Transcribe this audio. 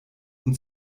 und